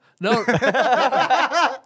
No